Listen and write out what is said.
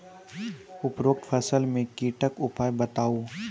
उपरोक्त फसल मे कीटक उपाय बताऊ?